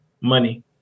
money